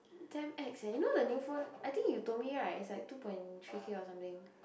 damn ex leh you know the new phone I think you told me right it's like two point three K or something